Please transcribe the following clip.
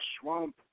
swamp